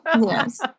Yes